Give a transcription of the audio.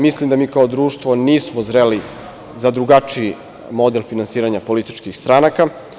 Mislim da mi kao društvo nismo zreli za drugačiji model finansiranja političkih stranaka.